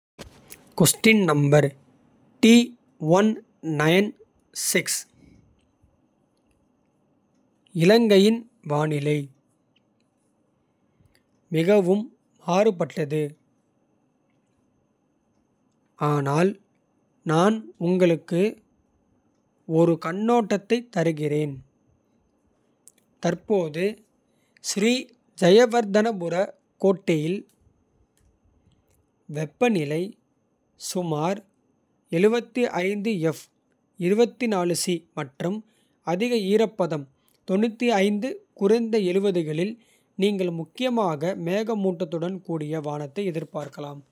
இலங்கையின் வானிலை மிகவும் மாறுபட்டது. ஆனால் நான் உங்களுக்கு ஒரு கண்ணோட்டத்தை தருகிறேன். தற்போது ​​ஸ்ரீ ஜயவர்தனபுர கோட்டேயில் வெப்பநிலை. சுமார் மற்றும் அதிக ஈரப்பதம். குறைந்த களில் நீங்கள் முக்கியமாக மேகமூட்டத்துடன். கூடிய வானத்தை எதிர்பார்க்கலாம்.